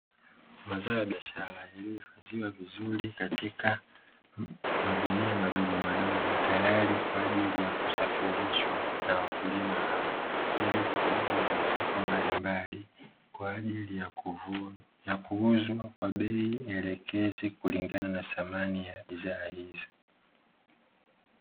Mazao ya biashara yalio hifadhiwa vizuri katika magunia madogomadogo tayari kwa ajili ya kusafirishwa na wakulima hao, ili kupelekwa kwenye masoko mbalimbali kwa ajili ya kuuzwa kwa bei elekezi kulingana na thamani ya bidhaa hizo.